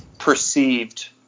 perceived